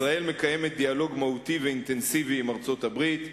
ישראל מקיימת דיאלוג מהותי ואינטנסיבי עם ארצות-הברית.